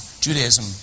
Judaism